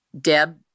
Deb